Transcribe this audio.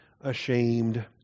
ashamed